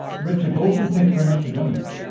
richard baldwin, thank you very much for joining us.